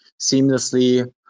seamlessly